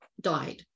died